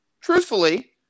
truthfully